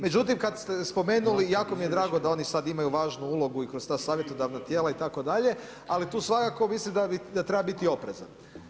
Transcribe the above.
Međutim kad ste spomenuli, jako mi je drago da oni sad imaju važnu ulogu i kroz ta savjetodavna tijela itd. ali tu svakako mislim da treba bit oprezan.